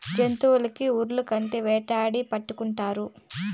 జంతులకి ఉర్లు కట్టి వేటాడి పట్టుకుంటారు